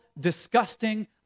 disgusting